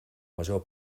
major